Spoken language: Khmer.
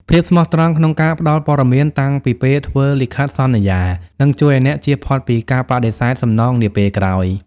ភាពស្មោះត្រង់ក្នុងការផ្ដល់ព័ត៌មានតាំងពីពេលធ្វើលិខិតសន្យា នឹងជួយឱ្យអ្នកជៀសផុតពីការបដិសេធសំណងនាពេលក្រោយ។